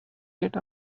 get